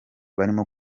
barimo